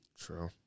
True